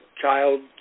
child